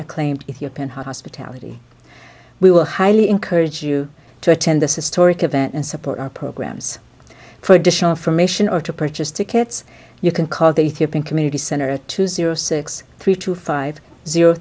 acclaimed ethiopian hospitality we will highly encourage you to attend this is torek event and support our programs for additional information or to purchase tickets you can call they typically center two zero six three two five zero